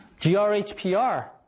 GRHPR